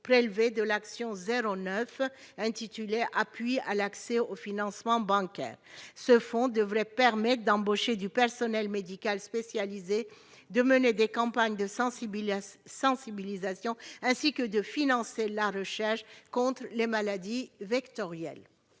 prélevés sur l'action n° 09, Appui à l'accès aux financements bancaires. Ce fonds devrait permettre d'embaucher du personnel médical spécialisé, de mener des campagnes de sensibilisation et de financer la recherche contre les maladies vectorielles.